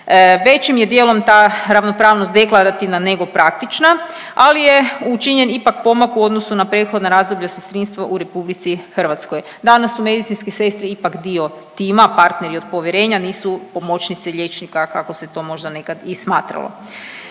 većim je dijelom ta ravnopravnost deklarativna nego praktična, ali je učinjen ipak pomak u odnosu na prethodna razdoblja sestrinstva u RH. Danas su medicinske sestre ipak dio tima, partneri od povjerenja, nisu pomoćnice liječnika, kako se to možda nekad i smatralo.